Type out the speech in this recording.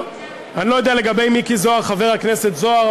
אני לא יודע לגבי חבר הכנסת זוהר,